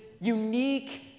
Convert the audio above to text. unique